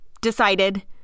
decided